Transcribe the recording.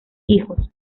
hijos